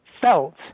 felt